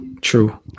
True